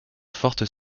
forte